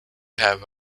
have